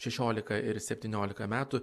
šešiolika ir septyniolika metų